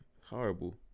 horrible